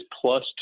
plus